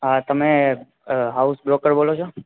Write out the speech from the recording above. હા તમે house daughter બોલો છો